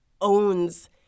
owns